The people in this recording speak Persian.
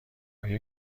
آیا